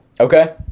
Okay